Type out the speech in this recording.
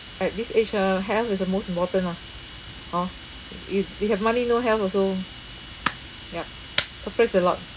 at this age ah health is the most important lah hor i~ if you have money no health also yup so praise the lord